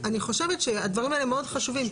אני חושבת שהדברים האלה מאוד חשובים,